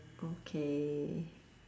okay